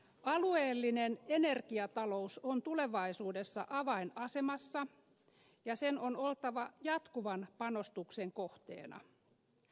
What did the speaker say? alueellinen energiatalous on tulevaisuudessa avainasemassa ja sen on oltava jatkuvan panostuksen kohteena